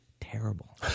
terrible